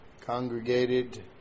congregated